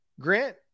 Grant